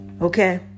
okay